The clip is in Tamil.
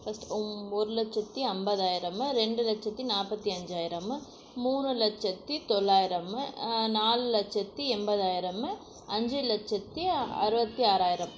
ஃபஸ்ட் ஒரு லட்சத்தி அம்பதாயிரம் ரெண்டு லட்சத்தி நாற்பத்தி அஞ்சாயிரம் மூணு லட்சத்தி தொள்ளாயிரம் நாலு லட்சத்தி எம்பதாயிரம் அஞ்சு லட்சத்தி அறுபத்தி ஆறாயிரம்